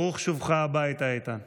ברוך שובך הביתה, איתן.